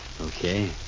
Okay